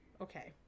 Okay